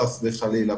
חס וחלילה.